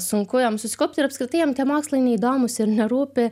sunku jam susikaupti ir apskritai jam tie mokslai neįdomūs ir nerūpi